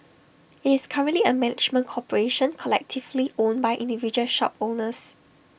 IT is currently A management corporation collectively owned by individual shop owners